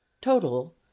Total